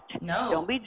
No